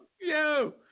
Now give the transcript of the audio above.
Yo